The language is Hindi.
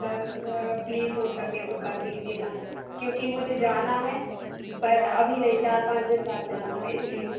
सर प्लीज हो सके तो कर दीजिए ना क्योंकि मुझे जाना है पर अभी नहीं चार पाँच दिन बाद जाना है इसलिए